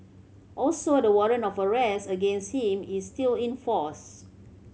also the warrant of arrest against him is still in force